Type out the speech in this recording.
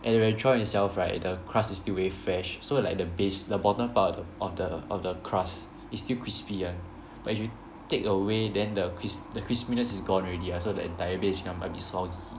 and when you try for yourself right the crust is still very fresh so like the base the bottom part of the of the of the crust is still crispy [one] but if you takeaway then the cris~ the crispiness is gone already ah so the entire base might be soggy